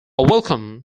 welcome